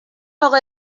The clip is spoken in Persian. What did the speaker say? اقا